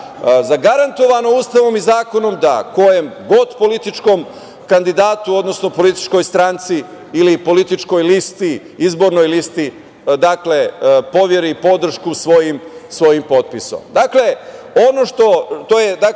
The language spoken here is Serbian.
zagarantovano Ustavom i zakonom, da kojem god političkom kandidatu, odnosno političkoj stranci ili političkoj izbornoj listi poveri podršku svojim potpisom. Dakle, to